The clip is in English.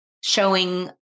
showing